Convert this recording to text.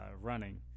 running